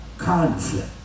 Conflict